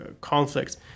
conflicts